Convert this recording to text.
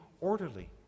orderly